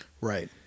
Right